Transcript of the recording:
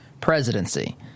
presidency